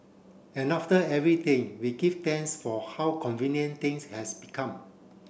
and after everything we give thanks for how convenient things have become